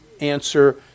answer